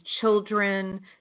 children